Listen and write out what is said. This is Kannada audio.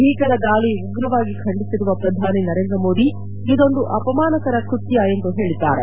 ಭೀಕರ ದಾಳಿಯನ್ನು ಉಗ್ರವಾಗಿ ಖಂಡಿಸಿರುವ ಪ್ರಧಾನಿ ನರೇಂದ್ರ ಮೋದಿ ಇದೊಂದು ಅಪಮಾನಕರ ಕೃತ್ಯ ಎಂದು ಹೇಳಿದ್ದಾರೆ